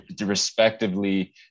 respectively